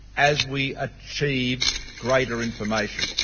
as we achieve greater information.